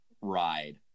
ride